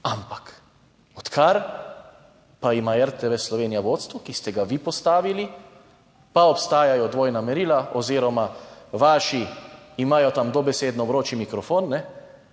ampak odkar pa ima RTV Slovenija vodstvo, ki ste ga vi postavili, pa obstajajo dvojna merila oziroma vaši imajo tam dobesedno vroči mikrofon, vsi